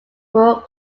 were